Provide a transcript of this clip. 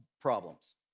problems